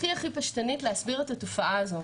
והכי פשטנית להסביר את התופעה הזאת.